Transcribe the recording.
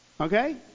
Okay